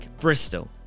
bristol